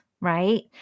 right